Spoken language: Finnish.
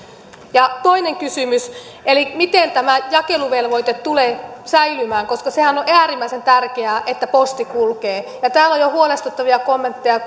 ja toinen kysymys miten tämä jakeluvelvoite tulee säilymään koska sehän on on äärimmäisen tärkeää että posti kulkee täällä on jo huolestuttavia kommentteja